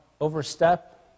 overstep